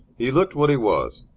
he looked what he was,